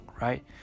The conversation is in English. right